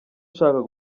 ushaka